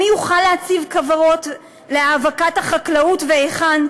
מי יוכל להציב כוורות להאבקת החקלאות והיכן,